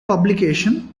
publication